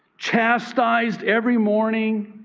chastised every morning.